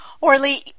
Orly